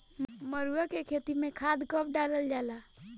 मरुआ के खेती में खाद कब डालल जाला?